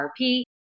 RP